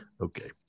okay